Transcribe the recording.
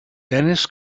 dennis